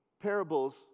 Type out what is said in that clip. parables